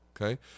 Okay